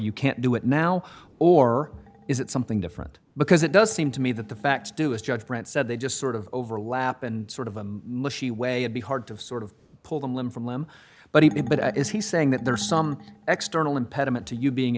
you can't do it now or is it something different because it does seem to me that the facts do is just brant said they just sort of overlap and sort of them mushy way and be hard to sort of pull them limb from limb but he but is he saying that there are some external impediment to you being